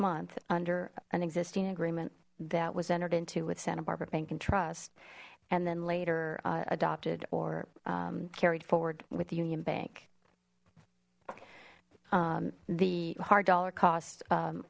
month under an existing agreement that was entered into with santa barbara bank and trust and then later adopted or carried forward with union bank the hard dollar costs